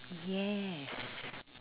yes